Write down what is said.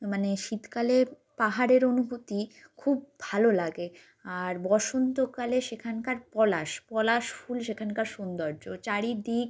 মানে শীতকালে পাহাড়ের অনুভূতি খুব ভালো লাগে আর বসন্তকালে সেখানকার পলাশ পলাশ ফুল সেখানকার সুন্দর্য চারিদিক